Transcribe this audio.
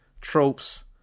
tropes